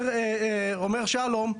אומר שלום,